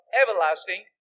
everlasting